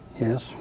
Yes